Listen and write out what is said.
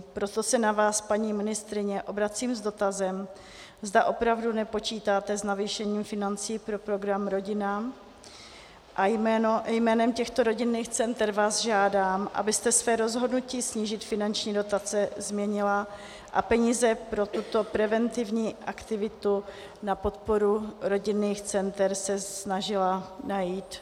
Proto se na vás, paní ministryně, obracím s dotazem, zda opravdu nepočítáte s navýšením financí pro program Rodina, a jménem těchto rodinných center vás žádám, abyste své rozhodnutí snížit finanční dotace změnila a peníze pro tuto preventivní aktivitu na podporu rodinných center se snažila najít.